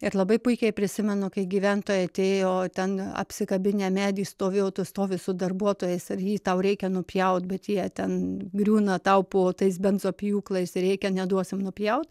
ir labai puikiai prisimenu kai gyventojai atėjo ten apsikabinę medį stovėjo tu stovi su darbuotojais ir jį tau reikia nupjaut bet jie ten griūna tau po tais benzopjūklais rėkia neduosim nupjaut